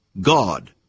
God